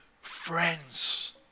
friends